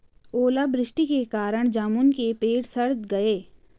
ओला वृष्टि के कारण जामुन के पेड़ सड़ गए